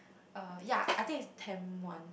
uh ya I think it's Tamp-One